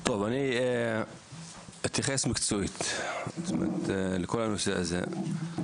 אתייחס מקצועית לכל הנושא הזה.